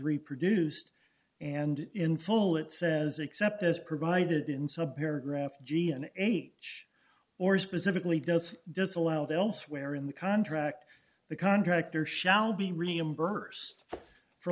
reproduced and in full it says except as provided in subway or graph g an age or specifically does disallowed elsewhere in the contract the contractor shall be reimbursed for